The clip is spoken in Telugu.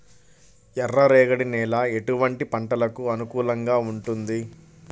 ఎర్ర రేగడి నేల ఎటువంటి పంటలకు అనుకూలంగా ఉంటుంది?